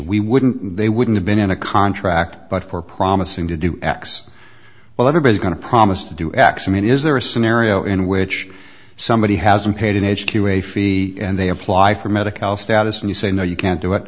we wouldn't they wouldn't have been in a contract but for promising to do x well everybody's going to promise to do x i mean is there a scenario in which somebody hasn't paid an h q a fee and they apply for medical status and you say no you can't do it